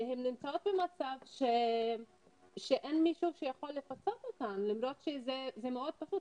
הן נמצאות במצב שאין מישהו שיכול לפצות אותן למרות שזה מאוד פשוט,